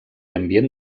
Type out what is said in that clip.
ambient